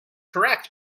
correct